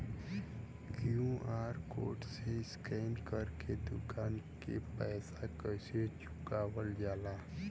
QR code से scan कर के दुकान के पैसा कैसे चुकावल जाला?